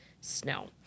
snow